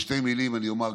בשתי מילים אני אומר,